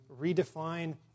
redefine